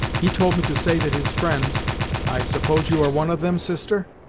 he told me to say that his friends i suppose you are one of them, sister?